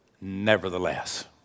Nevertheless